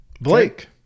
Blake